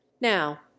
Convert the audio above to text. now